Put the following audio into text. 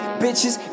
bitches